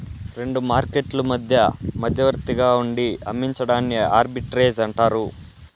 రెండు మార్కెట్లు మధ్య మధ్యవర్తిగా ఉండి అమ్మించడాన్ని ఆర్బిట్రేజ్ అంటారు